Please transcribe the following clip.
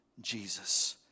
Jesus